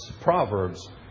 Proverbs